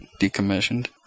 decommissioned